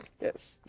Yes